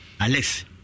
Alex